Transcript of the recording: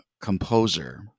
composer